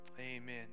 Amen